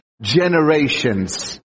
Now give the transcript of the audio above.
generations